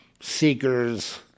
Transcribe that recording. seekers